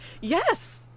Yes